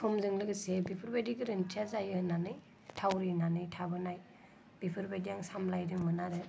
समजों लोगोसे बेफोरबायदि गोरोन्थिया जायो होननानै थावरिनानै थाबोनाय बेफोरबायदि आं सामलायदोंंमोन आरो